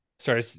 Sorry